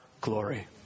glory